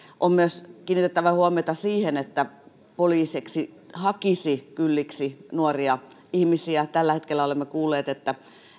on myös kiinnitettävä huomiota siihen että poliisiksi hakisi kylliksi nuoria ihmisiä tällä hetkellä olemme kuulleet että